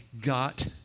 got